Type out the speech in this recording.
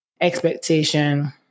expectation